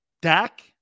Dak